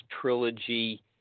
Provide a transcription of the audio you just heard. trilogy